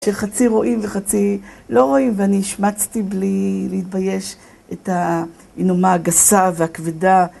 שחצי רואים וחצי לא רואים, ואני השמצתי בלי להתבייש את ההינומה הגסה והכבדה,